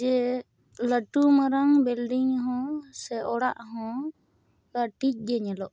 ᱡᱮ ᱞᱟᱹᱴᱩ ᱢᱟᱨᱟᱝ ᱵᱤᱞᱰᱤᱝ ᱦᱚᱸ ᱥᱮ ᱚᱲᱟᱜᱦᱚᱸ ᱠᱟᱹᱴᱤᱡ ᱜᱮ ᱧᱮᱞᱚ ᱠᱟᱱᱟ